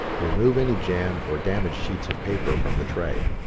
remove any jammed or damaged sheets of paper from the tray.